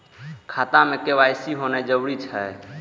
खाता में के.वाई.सी होना जरूरी छै?